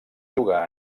jugar